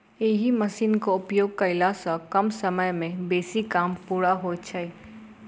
एहि मशीनक उपयोग कयला सॅ कम समय मे बेसी काम पूरा होइत छै